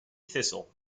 thistle